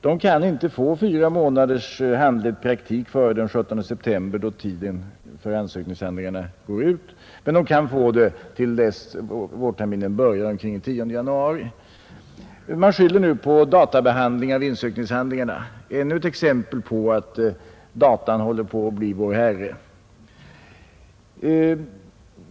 De kan inte få fyra månaders handledd praktik före den 17 september, då ansökningstiden går ut, men de kan få det till dess vårterminen börjar omkring den 10 januari. Här skyller man nu på ansökningshandlingarnas databehandling, och det är ännu ett exempel på att datorn håller på att bli vår herre.